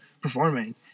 performing